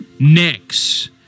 Next